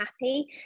happy